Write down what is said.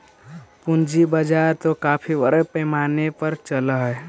पूंजी बाजार तो काफी बड़े पैमाने पर चलअ हई